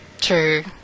True